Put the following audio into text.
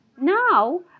now